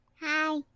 Hi